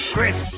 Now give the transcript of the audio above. Chris